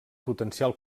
potencial